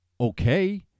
okay